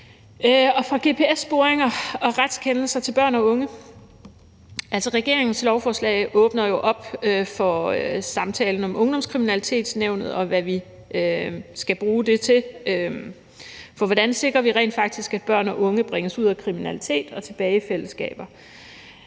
Fra gps-sporinger og retskendelser til børn og unge. Regeringens lovforslag åbner jo op for samtalen om Ungdomskriminalitetsnævnet, og hvad vi skal bruge det til, for hvordan sikrer vi rent faktisk, at børn og unge bringes ud af kriminalitet og tilbage i fællesskaber?